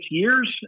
years